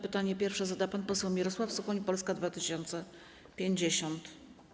Pytanie pierwsze zada pan poseł Mirosław Suchoń, Polska 2050.